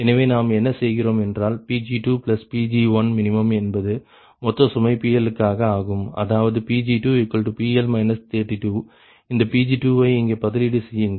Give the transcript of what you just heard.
எனவே நாம் என்ன செய்கிறோம் என்றால் Pg2 Pg1min என்பது மொத்த சுமை PL க்காக ஆகும் அதாவது Pg2PL 32 இந்த Pg2 வை இங்கே பதிலீடு செய்யுங்கள்